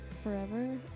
Forever